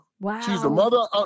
Wow